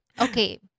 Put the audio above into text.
Okay